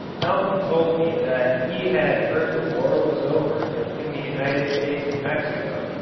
malcolm told me that he had heard the war was over between the united states and mexico,